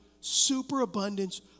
superabundance